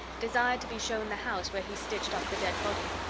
desired to be shown the house where he stitched up the dead body.